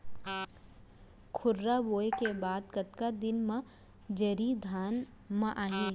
खुर्रा बोए के बाद कतका दिन म जरी धान म आही?